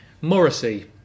Morrissey